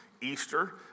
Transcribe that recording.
Easter